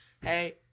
hey